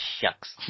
shucks